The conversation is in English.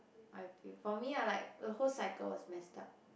I think for me I like the whole cycle was messed up